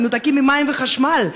מנותקים ממים וחשמל,